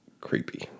creepy